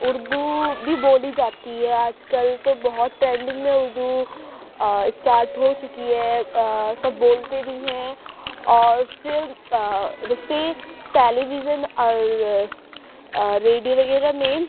اردو بھی بولی جاتی ہے آج کل تو بہت ٹرینڈنگ میں اردو اسٹارٹ ہو چکی ہے سب بولتے بھی ہیں اور پھر جیسے ٹیلی وژن اور ریڈیو وغیرہ میں